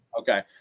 Okay